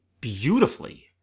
beautifully